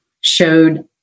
showed